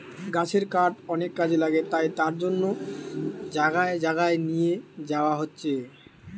গাছের কাঠ অনেক কাজে লাগে তাই তার জন্যে জাগায় জাগায় লিয়ে যায়া হচ্ছে